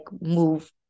move